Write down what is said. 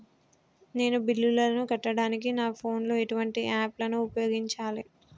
నేను బిల్లులను కట్టడానికి నా ఫోన్ లో ఎటువంటి యాప్ లను ఉపయోగించాలే?